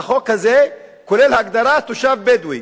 והחוק הזה כולל הגדרה "תושב בדואי".